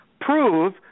prove